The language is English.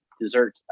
dessert